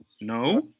No